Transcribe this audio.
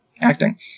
acting